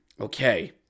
Okay